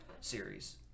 series